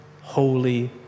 Holy